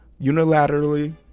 unilaterally